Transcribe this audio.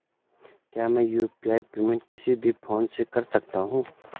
क्या मैं UPI payment किसी भी फोन से कर सकता हूँ?